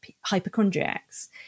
hypochondriacs